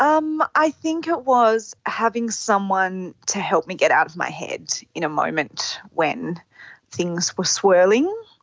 um i think it was having someone to help me get out of my head in a moment when things were swirling.